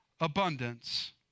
abundance